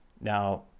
Now